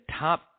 top